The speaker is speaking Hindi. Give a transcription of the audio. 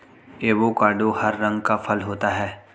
एवोकाडो हरा रंग का फल होता है